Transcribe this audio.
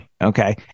Okay